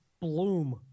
bloom